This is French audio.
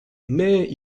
mais